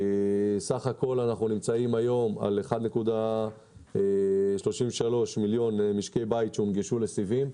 בסך הכול אנחנו נמצאים היום על 1.33 מיליון משקי בית שהונגשו לסיבים.